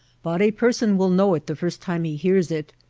but a person will know it the first time he hears it.